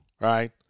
Right